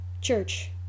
church